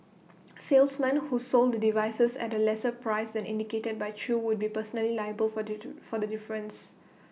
salesmen who sold the devices at A lesser price than indicated by chew would be personally liable for for the difference